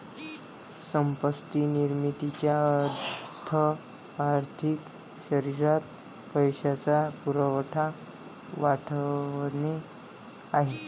संपत्ती निर्मितीचा अर्थ आर्थिक शरीरात पैशाचा पुरवठा वाढवणे आहे